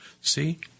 See